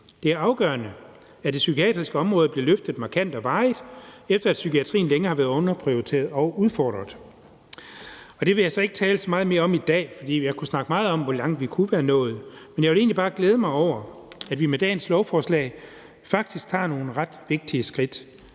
Det er afgørende, at det psykiatriske område bliver løftet markant og varigt, efter at psykiatrien længe har været underprioriteret og udfordret. Det vil jeg så ikke tale så meget mere om i dag, for jeg kunne snakke meget om, hvor langt vi kunne være nået. Men jeg vil egentlig bare glæde mig over, at vi med dagens lovforslag faktisk tager nogle ret vigtige skridt,